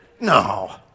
No